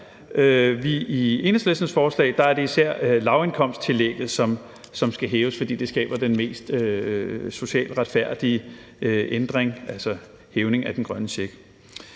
I Enhedslistens forslag er det især lavindkomsttillægget, som skal hæves, fordi det skaber den mest socialt retfærdige ændring, altså hævning af den grønne check.